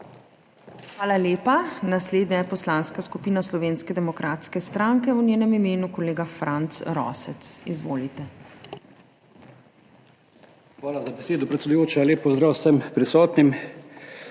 Hvala lepa. Naslednja je poslanska skupina Slovenske demokratske stranke, v njenem imenu kolega Franc Rosec. Izvolite. **FRANC ROSEC (PS SDS):** Hvala za besedo, predsedujoča. Lep pozdrav vsem prisotnim!